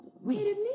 Wait